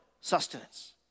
sustenance